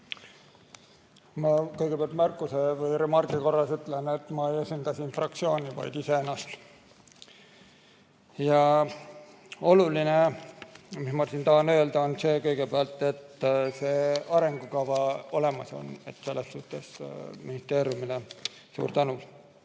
Ma kõigepealt märkuse või remargi korras ütlen, et ma ei esinda siin fraktsiooni, vaid iseennast. Oluline, ma tahan öelda, on kõigepealt see, et see arengukava olemas on. Selle eest ministeeriumile suur tänu!